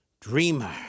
dreamer